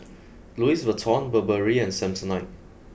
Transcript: Louis Vuitton Burberry and Samsonite